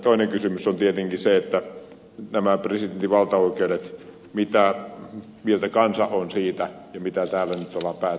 toinen kysymys on tietenkin se mitä mieltä kansa on presidentin valtaoikeuksista ja mitä täällä nyt ollaan päättämässä